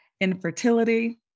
infertility